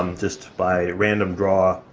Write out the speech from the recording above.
um just by random draw,